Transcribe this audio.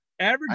average